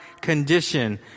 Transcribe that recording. condition